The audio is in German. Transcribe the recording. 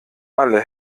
alle